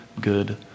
good